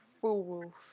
fools